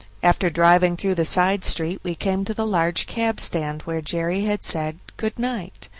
after driving through the side street we came to the large cab stand where jerry had said good-night.